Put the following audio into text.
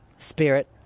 spirit